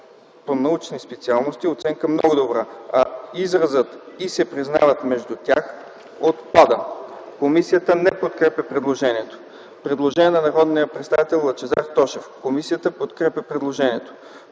по научни специалности” оценка „много добра”, а изразът „и се признава между тях” отпада. Комисията не подкрепя предложението. Има предложение на народния представител Лъчезар Тошев. Комисията подкрепя предложението.